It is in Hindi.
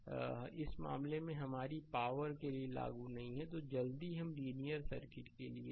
इसलिए इस मामले में हमारी पावर के लिए लागू नहीं है तो जल्दी हम लीनियर सर्किट के लिए जाते हैं